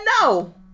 no